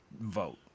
vote